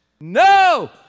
No